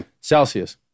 Celsius